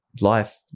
life